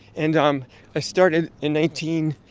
and um i started in nineteen